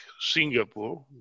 Singapore